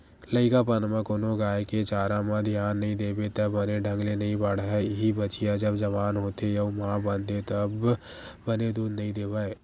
लइकापन म कोनो गाय के चारा म धियान नइ देबे त बने ढंग ले नइ बाड़हय, इहीं बछिया जब जवान होथे अउ माँ बनथे त बने दूद नइ देवय